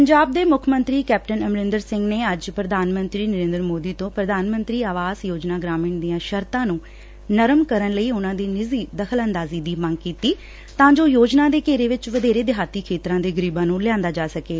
ਪੰਜਾਬ ਦੇ ਮੁੱਖ ਮੰਤਰੀ ਕੈਪਟਨ ਅਮਰਿੰਦਰ ਸਿੰਘ ਨੇ ਅੱਜ ਪ੍ਰਧਾਨ ਮੰਤਰੀ ਨਰੇਂਦਰ ਮੋਦੀ ਤੋਂ ਪ੍ਰਧਾਨ ਮੰਤਰੀ ਆਵਾਸ ਯੋਜਨਾ ਗ੍ਾਮੀਣ ਦੀਆਂ ਸ਼ਰਤਾਂ ਨੂੰ ਨਰਮ ਕਰਨ ਲਈ ਉਨ੍ਹਾਂ ਦੀ ਨਿੱਜੀ ਦਖ਼ਲਅੰਦਾਜੀ ਦੀ ਮੰਗ ਕੀਤੀ ਤਾਂ ਜੋ ਯੋਜਨਾ ਦੇ ਘੇਰੇ ਵਿੱਚ ਵਧੇਰੇ ਦਿਹਾਤੀ ਖੇਤਰਾਂ ਦੇ ਗਰੀਬਾਂ ਨੂੰ ਲਿਆਂਦਾ ਜਾ ਸਕੇ